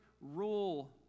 rule